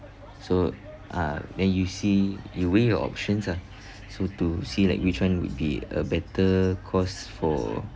so uh then you see you weigh your options ah so to see like which [one] would be a better cost for